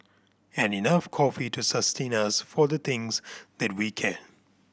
and enough coffee to sustain us for the things that we can